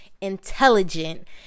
intelligent